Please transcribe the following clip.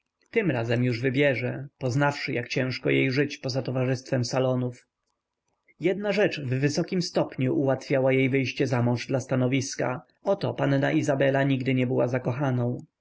tym razem już wybierze poznawszy jak ciężko jej żyć poza towarzystwem salonów jedna rzecz w wysokim stopniu ułatwiała jej wyjście za mąż dla stanowiska oto panna izabela nigdy nie była zakochaną